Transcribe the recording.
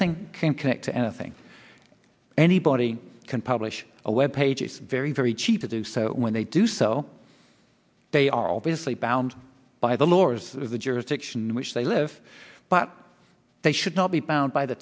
think came connect to anything anybody can publish a web page is very very cheap to do so when they do so they are obviously bound by the lors of the jurisdiction in which they live but they should not be bound by the